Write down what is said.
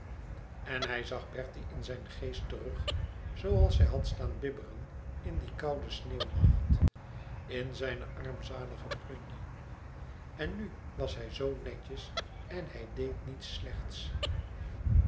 en hij zag bertie in zijn geest terug zooals hij had staan bibberen in dien kouden sneeuwnacht in zijne armzalige plunje en nu was hij zoo netjes en hij deed niets slechts